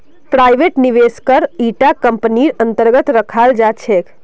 private निवेशकक इटा कम्पनीर अन्तर्गत रखाल जा छेक